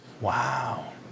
Wow